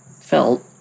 felt